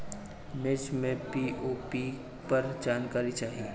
मिर्च मे पी.ओ.पी पर जानकारी चाही?